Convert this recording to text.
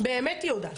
באמת היא יודעת.